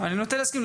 אני נוטה להסכים.